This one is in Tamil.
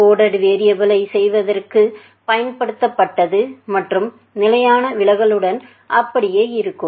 கோடடு வேரியபுளை செய்வதற்குப் பயன்படுத்தப்பட்டது மற்றும் நிலையான விலகலுடன் அப்படியே இருக்கும்